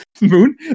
moon